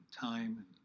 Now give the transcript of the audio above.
time